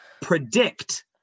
predict